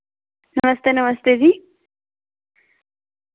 नमस्ते नमस्ते जी